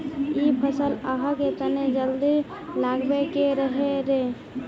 इ फसल आहाँ के तने जल्दी लागबे के रहे रे?